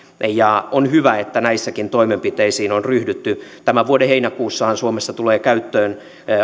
on hyvä että näissäkin toimenpiteisiin on ryhdytty tämän vuoden heinäkuussahan suomessa tulee käyttöön